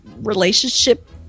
relationship